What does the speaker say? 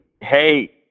Hey